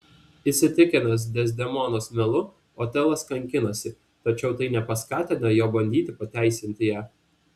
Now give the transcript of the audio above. įsitikinęs dezdemonos melu otelas kankinasi tačiau tai nepaskatina jo bandyti pateisinti ją